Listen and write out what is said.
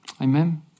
Amen